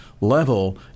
level